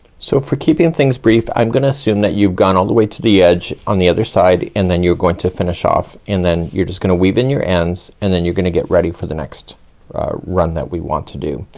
so for keeping things brief, i'm gonna assume that you've gone all the way to the edge on the other side, and then you're going to finish off, and then you're just gonna weave in your ends. and then you're gonna get ready for the next, ah run that we want to do.